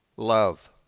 love